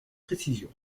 précision